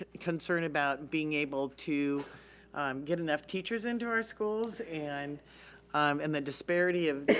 ah concern about being able to get enough teachers into our schools and um and the disparity of.